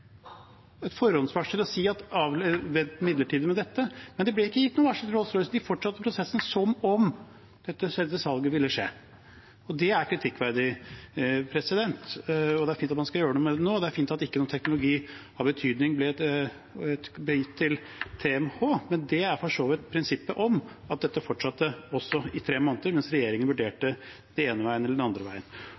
et forhåndsvarsel, og avlede midlertidig med dette. Men det ble ikke gitt noe varsel til Rolls-Royce, de fortsatte prosessen som om dette salget ville skje. Det er kritikkverdig. Det er fint at man skal gjøre noe med det nå, og fint at ikke noe teknologi av betydning ble gitt til TMH, men det er prinsippet om at dette fortsatte i tre måneder mens regjeringen vurderte den ene veien eller den andre veien.